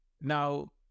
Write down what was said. Now